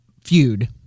feud